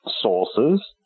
sources